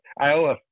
Iowa